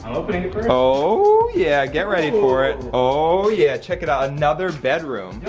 oh but and oh yeah, get ready for it. oh yeah, check it out. another bedroom.